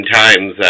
times